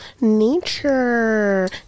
Nature